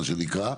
מה שנקרא,